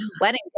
wedding